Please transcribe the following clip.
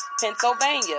Pennsylvania